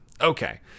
Okay